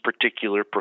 particular